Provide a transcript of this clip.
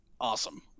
awesome